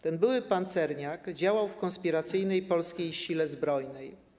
Ten były pancerniak działał w konspiracyjnej polskiej sile zbrojnej.